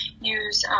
use